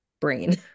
brain